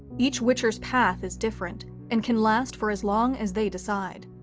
each witcher's path is different, and can last for as long as they decide.